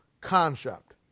concept